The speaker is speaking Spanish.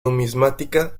numismática